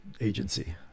agency